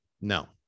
No